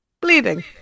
Bleeding